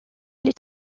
les